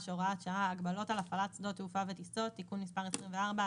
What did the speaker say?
(הוראת שעה) (הגבלות על הפעלת שדות תעופה טיסות) (תיקון מס' 24),